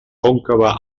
còncava